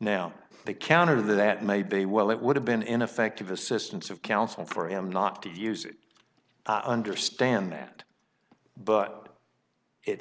now the counter that maybe well it would have been ineffective assistance of counsel for him not to use it i understand that but it